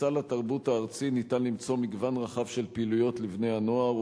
בסל התרבות הארצי ניתן למצוא מגוון רחב של פעילויות לבני-הנוער,